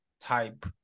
type